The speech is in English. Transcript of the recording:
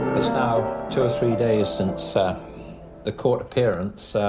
now two or three days since ah the court appearance.